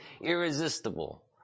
irresistible